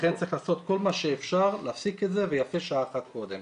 לכן צריך לעשות כל מה שאפשר להפסיק את זה ויפה שעה אחת קודם.